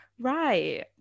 Right